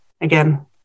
again